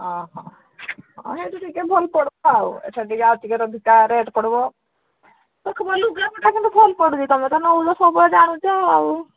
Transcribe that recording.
ଅ ହ ହଁ ହେଠୁ ଟିକେ ଭଲ ପଡ଼ିବ ଆଉ ଏଠା ଟିକେ ଅ ଟିକ ର ଭତା ରେଟ୍ ପଡ଼ିବ ଦେଖ ଲୁଗା କଠା କିନ୍ତୁ ଭଲ ପଡ଼ୁଛି ତୁମେ ତ ନଉନ ତ ସବୁବେଳେ ଜାଣୁଛ ଆଉ